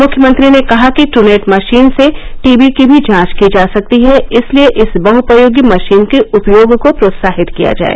मुख्यमंत्री ने कहा कि ट्रूनेट मशीन से टीबी की भी जांच की जा सकती है इसलिए इस बहपयोगी मशीन के उपयोग को प्रोत्साहित किया जाए